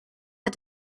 had